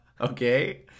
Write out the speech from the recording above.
okay